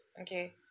okay